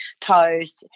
toes